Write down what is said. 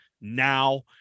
now